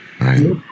right